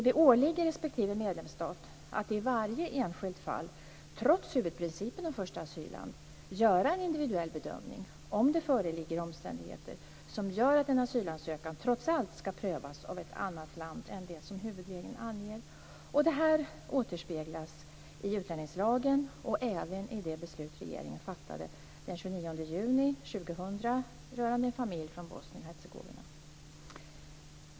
Det åligger respektive medlemsstat att i varje enskilt fall, trots huvudprincipen om första asylland, göra en individuell bedömning av om det föreligger omständigheter som gör att en asylansökan trots allt ska prövas av ett annat land än det som huvudregeln anger. Detta återspeglas i utlänningslagen och även i det beslut som regeringen fattade den 29 juni 2000 rörande en familj från Bosnien-Hercegovina.